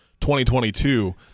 2022